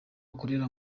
akorera